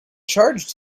charged